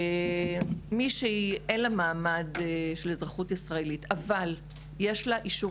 מי שאין לה מעמד של אזרחות ישראלית אבל יש לה אישור